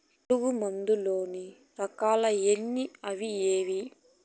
పులుగు మందు లోని రకాల ఎన్ని అవి ఏవి?